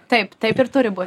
taip taip ir turi bū